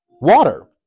water